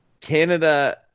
Canada